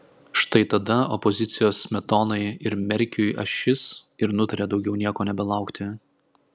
štai tada opozicijos smetonai ir merkiui ašis ir nutarė daugiau nieko nebelaukti